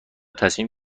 تصمیم